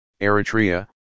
Eritrea